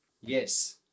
Yes